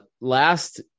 last